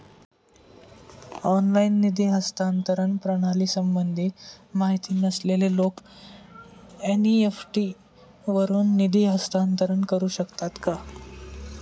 Online निधी हस्तांतरण प्रणालीसंबंधी माहिती नसलेले लोक एन.इ.एफ.टी वरून निधी हस्तांतरण करू शकतात का?